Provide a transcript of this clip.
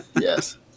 Yes